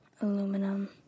Aluminum